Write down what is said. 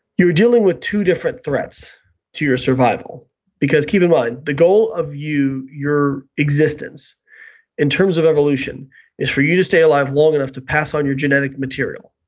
you're dealing with two different threats to your survival because, keep in mind, the goal of your existence in terms of evolution is for you to stay alive long enough to pass on your genetic material.